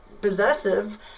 possessive